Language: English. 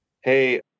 hey